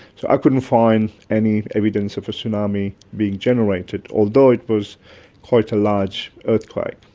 so i couldn't find any evidence of a tsunami being generated, although it was quite a large earthquake.